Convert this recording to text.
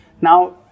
now